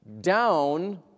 Down